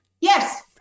yes